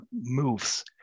moves